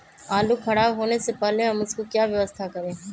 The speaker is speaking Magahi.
आलू खराब होने से पहले हम उसको क्या व्यवस्था करें?